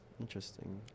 interesting